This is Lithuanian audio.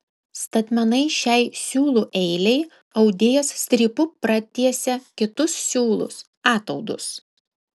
statmenai šiai siūlų eilei audėjas strypu pratiesia kitus siūlus ataudus